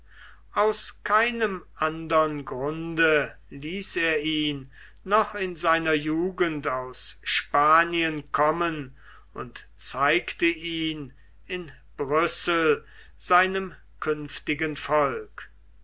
aus keinem andern grunde ließ er ihn noch in seiner jugend aus spanien kommen und zeigte ihn in brüssel seinem künftigen volk